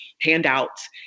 handouts